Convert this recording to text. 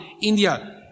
India